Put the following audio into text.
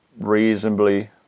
reasonably